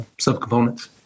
subcomponents